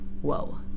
whoa